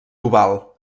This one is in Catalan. oval